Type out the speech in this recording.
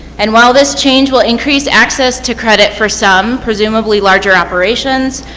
and while this change will increase access to credit for some, presumably larger operations,